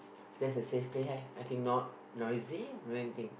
that's a safe place ah I think not noisy not anything